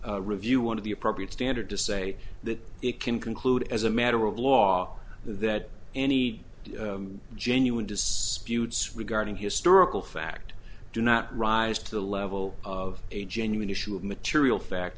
review one of the appropriate standard to say that it can conclude as a matter of law that any genuine disputes regarding historical fact do not rise to the level of a genuine issue of material fact